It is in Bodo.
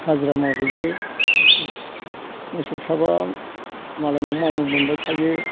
हाजिरा मावहैयो मोसौ मोसौ थाबा मालायनाव मावनो मोनबाय थायो